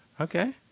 Okay